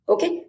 Okay